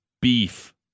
beef